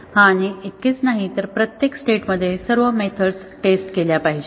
आणि इतकेच नाही तर प्रत्येक स्टेट मध्ये सर्व मेथड्स टेस्ट केल्या पाहिजेत